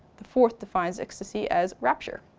the fourth defines ecstasy as rapture,